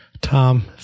Tom